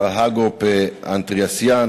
מר האגופ אנטריאסיאן,